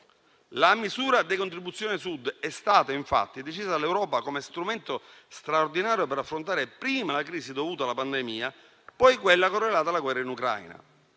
La misura decontribuzione Sud è stata infatti decisa dall'Europa come strumento straordinario per affrontare prima la crisi dovuta alla pandemia, poi quella correlata alla guerra in Ucraina.